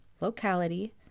locality